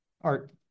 art